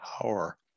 power